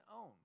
own